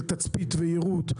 של תצפית ויירוט,